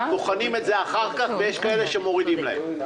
בוחנים את זה אחר-כך ויש כאלה שמורידים להם.